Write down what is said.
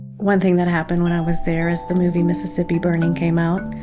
one thing that happened when i was there is the movie mississippi burning came out.